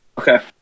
Okay